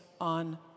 on